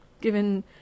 given